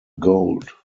gold